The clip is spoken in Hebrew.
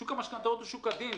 שוק המשכנתאות הוא שוק עדין.